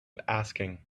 asking